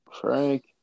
Frank